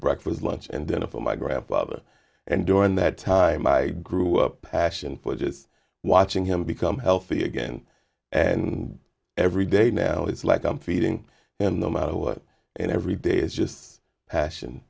breakfast lunch and dinner for my grandfather and during that time i grew up passion for just watching him become healthy again and every day now it's like i'm feeling and no matter what and every day is just passion